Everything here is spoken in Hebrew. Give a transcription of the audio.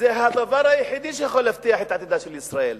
שזה הדבר היחידי שיכול להבטיח את עתידה של ישראל,